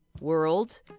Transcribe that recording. world